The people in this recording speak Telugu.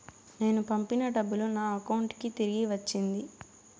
నేను పంపిన డబ్బులు నా అకౌంటు కి తిరిగి వచ్చింది